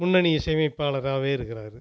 முன்னணி இசையமைப்பாளராகவே இருக்கிறாரு